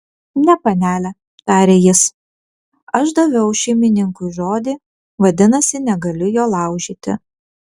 ne panele tarė jis aš daviau šeimininkui žodį vadinasi negaliu jo laužyti